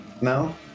No